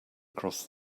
across